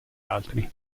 altri